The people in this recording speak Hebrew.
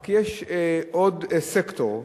רק יש עוד סקטור,